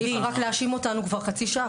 --- רק להאשים אותנו כבר חצי שעה,